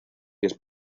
pies